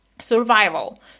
survival